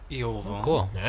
Cool